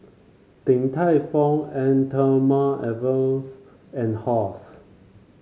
Din Tai Fung an Thermale Avenes and Halls